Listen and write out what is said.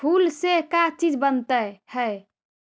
फूल से का चीज बनता है?